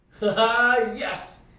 Yes